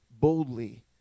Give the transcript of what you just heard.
boldly